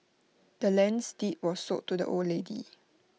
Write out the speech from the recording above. the land's deed was sold to the old lady